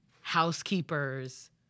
housekeepers